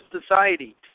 society